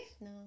no